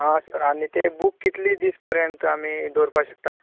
आं सर आनी तें बूक कितली दीस पर्यंत आमी दोवरपा शकता